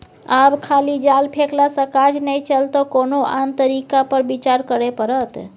आब खाली जाल फेकलासँ काज नहि चलतौ कोनो आन तरीका पर विचार करय पड़त